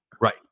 Right